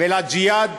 ולג'יהאד